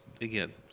again